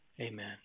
Amen